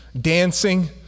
dancing